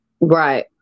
Right